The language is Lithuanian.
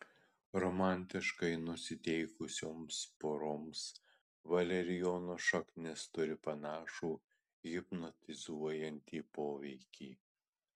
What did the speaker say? romantiškai nusiteikusioms poroms valerijono šaknis turi panašų hipnotizuojantį poveikį